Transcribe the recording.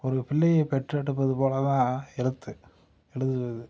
ஒரு பிள்ளையை பெற்றெடுப்பது போல தான் எழுத்து எழுதுவது